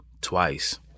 twice